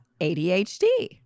ADHD